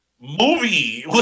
Movie